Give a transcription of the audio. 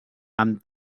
amb